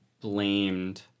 blamed